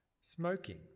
smoking